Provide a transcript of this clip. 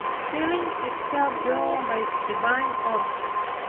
feeling itself drawn by its divine object,